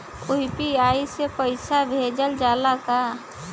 UPI से पईसा भेजल जाला का?